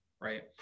Right